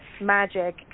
magic